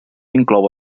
inclou